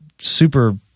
super